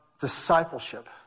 discipleship